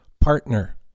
Partner